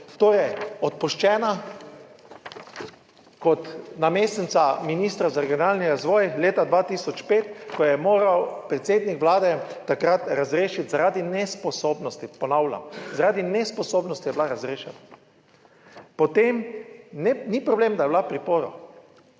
torej odpuščena kot namestnica ministra za regionalni razvoj leta 2005, ko je moral predsednik Vlade takrat razrešiti zaradi nesposobnosti, ponavljam, zaradi nesposobnosti, je bila razrešena? Ni problem, da je bila v priporu.